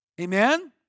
Amen